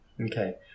Okay